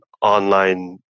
online